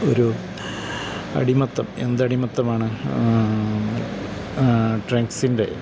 ഒരു അടിമത്തം എന്തടിമത്തമാണ് ഡ്രങ്ക്സിൻ്റെ